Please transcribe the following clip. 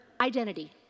identity